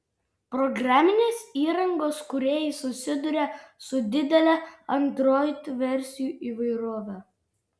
programinės įrangos kūrėjai susiduria su didele android versijų įvairove